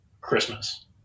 Christmas